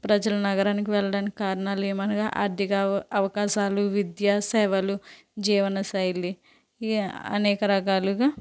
ప్రజలు నగరానికి వెళ్ళడానికి కారణాలు ఏమనగా ఆర్ధిక అవ అవకాశాలు విద్య సేవలు జీవనశైలి ఈ అనేక రకాలుగా